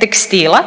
tekstila